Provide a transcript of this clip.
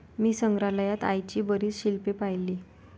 मी संग्रहालयात आईची बरीच शिल्पे पाहिली